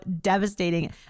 devastating